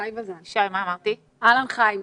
שלם חיים.